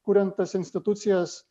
kuriant tas institucijas